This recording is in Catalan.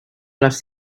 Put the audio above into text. les